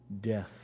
death